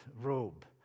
robe